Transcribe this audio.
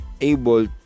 able